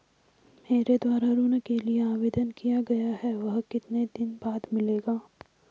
मेरे द्वारा ऋण के लिए आवेदन किया गया है वह कितने दिन बाद मिलेगा?